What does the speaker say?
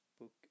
book